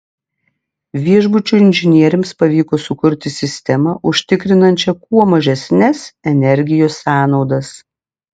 viešbučio inžinieriams pavyko sukurti sistemą užtikrinančią kuo mažesnes energijos sąnaudas